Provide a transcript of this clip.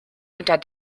unter